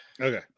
Okay